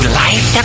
life